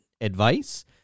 advice